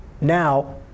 now